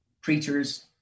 preachers